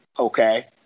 Okay